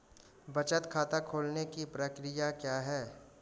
बचत खाता खोलने की प्रक्रिया क्या है?